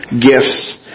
gifts